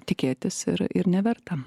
tikėtis ir ir neverta